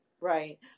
Right